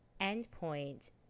endpoint